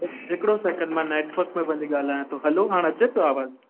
हिकिड़ो सेकण्ड मां नेटवर्क में वञी ॻाल्हायां थो हलो हाणे अचे थो आवाजु